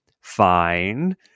fine